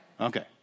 Okay